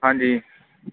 ਹਾਂਜੀ